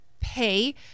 pay